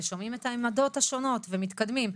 שומעים את העמדות השונות ומתקדמים.